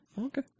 Okay